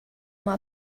uma